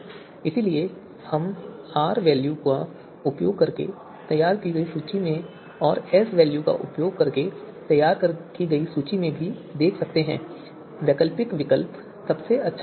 इसलिए हम यहां आर वैल्यू का उपयोग करके तैयार की गई सूची में और एस वैल्यू का उपयोग करके तैयार की गई सूची में भी देख सकते हैं कि वैकल्पिक विकल्प सबसे अच्छा विकल्प है